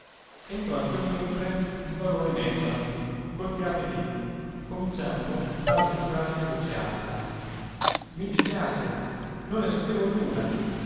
entrò in quel mentre il barone mèndola col fiato ai denti cominciando dallo scusarsi a voce alta i dispiace non ne sapevo nulla